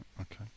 okay